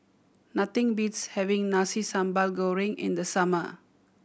nothing beats having Nasi Sambal Goreng in the summer